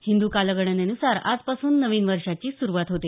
हिंदू कालगणनेनुसार आजपासून नवीन वर्षाची सुरुवात होते